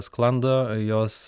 sklando jos